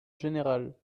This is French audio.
général